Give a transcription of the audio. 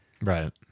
right